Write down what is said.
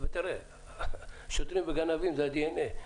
שוטרים וגנבים זה הדנ"א.